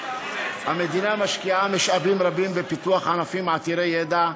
המדינה משקיעה משאבים רבים בפיתוח ענפים עתירי ידע,